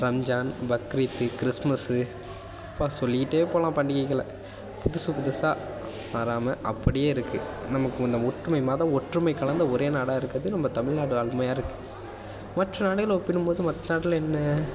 Ramzan Bakrid Christmas அப்பா சொல்லிகிட்டே போகலாம் பண்டிகைகளை புதுசு புதுசாக மாறாம அப்படியே இருக்கு நமக்கு இந்த ஒற்றுமை மத ஒற்றுமை கலந்த ஒரே நாடாக இருக்குறது நம்ம தமிழ்நாடு அருமையாக இருக்கு மற்ற நாடுகளை ஒப்பிடும் போது மற்ற நாட்டில் என்ன